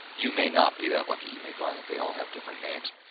you may not be that lucky you may find that they all have different names.